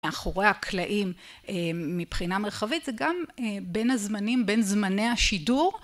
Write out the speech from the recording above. מאחורי הקלעים מבחינה מרחבית זה גם בין הזמנים בין זמני השידור